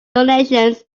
donations